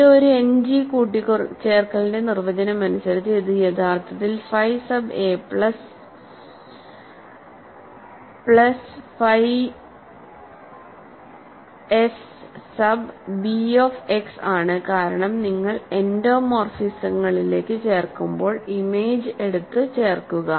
ഇത് ഒരു end G കൂട്ടിച്ചേർക്കലിന്റെ നിർവചനമനുസരിച്ച് ഇത് യഥാർത്ഥത്തിൽ phi sub a plus plus phi s sub b of x ആണ് കാരണം നിങ്ങൾ എൻഡോമോർഫിസങ്ങളിലേക്ക് ചേർക്കുമ്പോൾ ഇമേജ് എടുത്ത് ചേർക്കുക